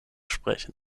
sprechen